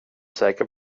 säker